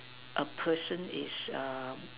a person is um